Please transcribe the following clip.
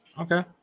Okay